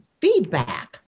feedback